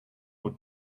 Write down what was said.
moet